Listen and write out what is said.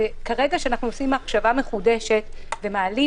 כרגע כשאנחנו מקדישים מחשבה מחודשת ומעלים